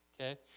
Okay